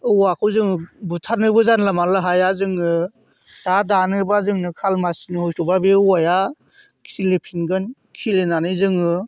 औवाखौ जोङो बुथारनोबो जानला मोनला हाया जोङो दा दानोब्ला जोंनो खालमासिनो हयथ'बा बे औवाया खिलिफिनगोन खिलिनानै जोङो